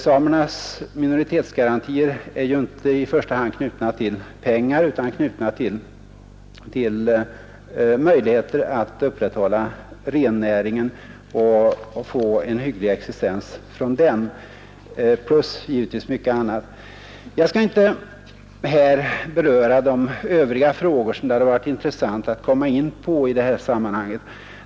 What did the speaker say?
Samernas minoritetsgarantier är ju inte i första hand knutna till pengar utan till möjligheterna att upprätthålla rennäringen och få en hygglig existens från den, plus givetvis mycket annat. Jag skall inte här beröra de övriga frågor som är intressanta i sammanhanget.